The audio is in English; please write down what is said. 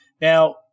Now